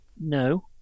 no